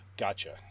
Gotcha